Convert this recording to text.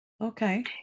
Okay